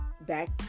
back